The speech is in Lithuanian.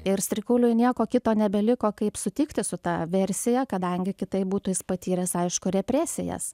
ir strikuliui nieko kito nebeliko kaip sutikti su ta versija kadangi kitaip būtų jis patyręs aišku represijas